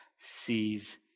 sees